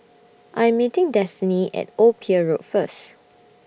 I'm meeting Destinee At Old Pier Road First